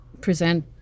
present